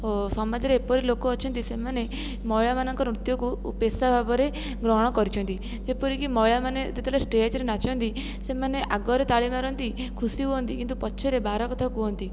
ଓ ସମାଜରେ ଏପରି ଲୋକ ଅଛନ୍ତି ସେମାନେ ମହିଳାମାନଙ୍କ ନୃତ୍ୟକୁ ପେଶା ଭାବରେ ଗ୍ରହଣ କରିଛନ୍ତି ଯେପରିକି ମହିଳାମନେ ଯେତେବେଳେ ଷ୍ଟେଜ୍ରେ ନାଚନ୍ତି ସେମାନେ ଆଗରେ ତାଳି ମାରନ୍ତି ଖୁସି ହୁଅନ୍ତି କିନ୍ତୁ ପଛରେ ବାର କଥା କୁହନ୍ତି